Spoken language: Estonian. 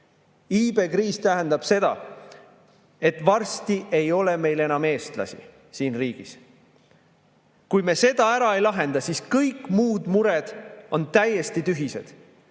Iibekriis tähendab seda, et varsti ei ole meil enam eestlasi siin riigis. Kui me seda ära ei lahenda, siis kõik muud mured on täiesti tühised.